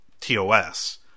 TOS